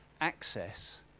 access